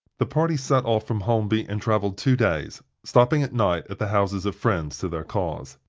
the party set off from holmby and traveled two days, stopping at night at the houses of friends to their cause.